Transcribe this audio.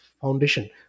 foundation